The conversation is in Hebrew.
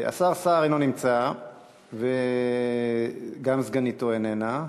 השר סער אינו נמצא וגם סגניתו איננה,